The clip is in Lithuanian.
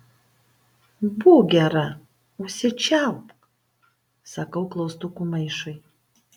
būk gera užsičiaupk sakau klaustukų maišui